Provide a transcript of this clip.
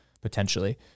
potentially